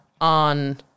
on